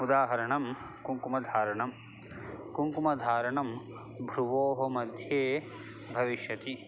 उदाहरणं कुङ्कुमधारणं कुङ्कुमधारणं भ्रुवोः मध्ये भविष्यति